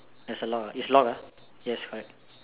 there's a lock ah it's locked ah yes correct